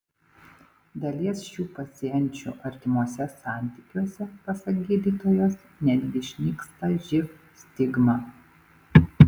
dalies šių pacienčių artimuose santykiuose pasak gydytojos netgi išnyksta živ stigma